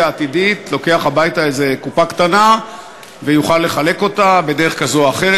העתידית לוקח הביתה איזו קופה קטנה ויוכל לחלק אותה בדרך כזו או אחרת.